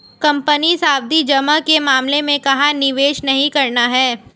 Company सावधि जमा के मामले में कहाँ निवेश नहीं करना है?